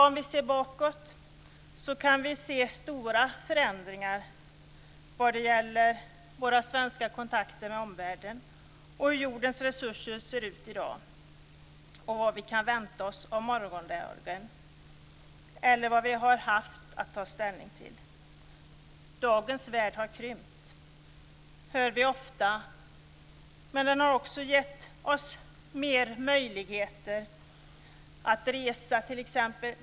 Om vi ser bakåt har det varit stora förändringar när det gäller våra svenska kontakter med omvärlden, hur jordens resurser ser ut i dag, vad vi kan vänta oss av morgondagen och vad vi haft att ta ställning till. Dagens värld har krympt, hör vi ofta, men den har också gett oss större möjligheter att t.ex. resa.